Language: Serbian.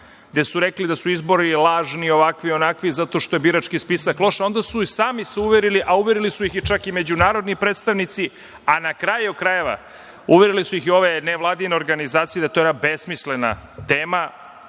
gde su rekli da su izbori lažni, ovakvi, onakvi, zato što je birački spisak loš, a onda su se i sami uverili, a uverili su ih čak i međunarodni predstavnici, a na kraju krajeva, uverile su ih i ove nevladine organizacije da je to jedna besmislena tema